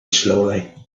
slowly